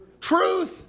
Truth